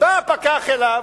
בא הפקח אליו,